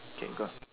okay good